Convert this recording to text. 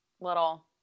little